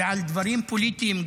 ועל דברים פוליטיים,